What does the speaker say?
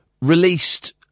released